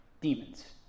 demons